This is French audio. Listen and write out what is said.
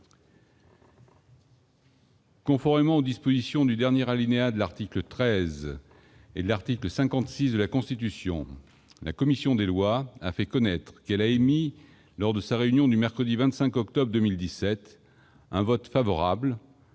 Conformément aux dispositions du dernier alinéa de l'article 13 et de l'article 56 de la Constitution, la commission des lois a fait connaître qu'elle avait émis, lors de sa réunion du mercredi 25 octobre 2017, un vote favorable-